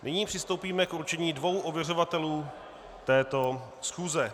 Nyní přistoupíme k určení dvou ověřovatelů této schůze.